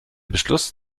beschluss